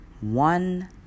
one